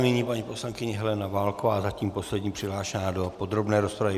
Nyní paní poslankyně Helena Válková, zatím poslední přihlášená do podrobné rozpravy.